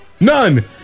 None